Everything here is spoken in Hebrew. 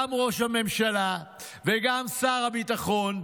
גם ראש הממשלה וגם שר הביטחון,